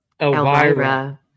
Elvira